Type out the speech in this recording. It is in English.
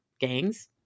gangs